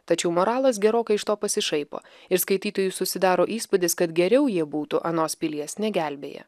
tačiau moralas gerokai iš to pasišaipo ir skaitytojui susidaro įspūdis kad geriau jie būtų anos pilies negelbėję